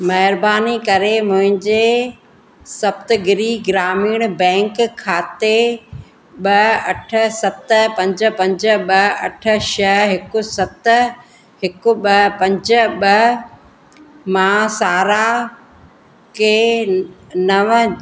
महिरबानी करे मुंहिंजे सप्तगिरी ग्रामीण बैंक खाते ॿ अठ सत पंज पंज ॿ अठ छह हिकु सत हिकु ॿ पंज ॿ मां सारा खे नव